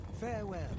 Farewell